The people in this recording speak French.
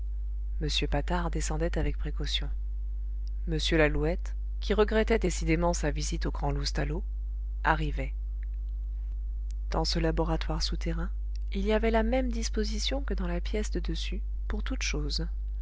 m patard descendait avec précaution m lalouette qui regrettait décidément sa visite au grand loustalot arrivait dans ce laboratoire souterrain il y avait la même disposition que dans la pièce de dessus pour toutes choses